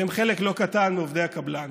והם חלק לא קטן מעובדי הקבלן.